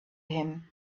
him